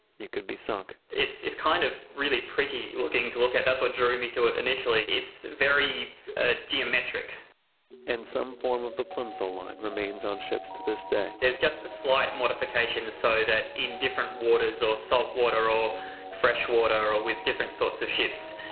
you could be sunk it's it's kind of really pretty looking to look at. that's what drew me to it initially. it's very ah geometric and some form of the plimsoll line remains on ships to this day there's just a slight modification so that in different waters or salt waters or freshwater or with different sorts of ships,